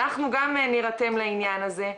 אנחנו גם נירתם לעניין הזה.